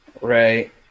Right